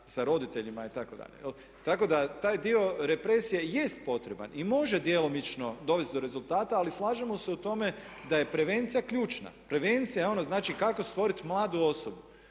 sa roditeljima itd.. Tako da taj dio represije jest potreban i može djelomično dovesti do rezultata ali slažemo se u tome da je prevencija ključna. Prevencija je ono znači kako stvoriti mladu osobu